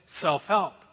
self-help